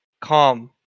calm